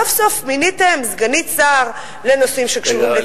סוף-סוף מיניתם סגנית שר לנושאים שקשורים בצעירים.